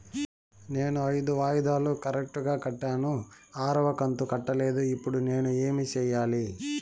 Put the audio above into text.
నేను ఐదు వాయిదాలు కరెక్టు గా కట్టాను, ఆరవ కంతు కట్టలేదు, ఇప్పుడు నేను ఏమి సెయ్యాలి?